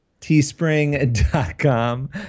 Teespring.com